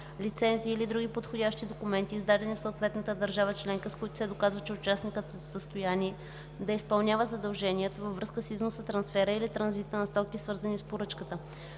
лицензи или други подходящи документи, издадени в съответната държава - членка, с които се доказва, че участникът е в състояние да изпълнява задълженията във връзка с износа, трансфера или транзита на стоки, свързани с поръчката;